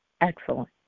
Excellent